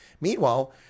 Meanwhile